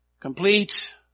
complete